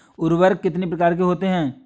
उर्वरक कितनी प्रकार के होते हैं?